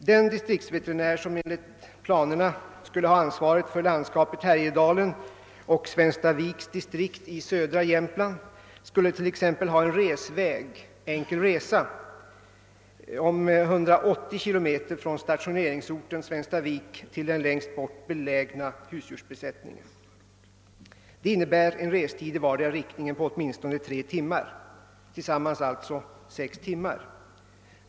Den distriktsveterinär som enligt planerna skulle ha ansvaret för landskapet Härje dalen och Svenstaviks distrikt i södra Jämtland skulle t.ex. ha en resväg — enkel resa — om 180 km från stationeringsorten Svenstavik till den längst bort belägna husdjursbesättningen. Det innebär en restid i vardera riktningen på åtminstone 3 timmar — tillsammans sex timmar.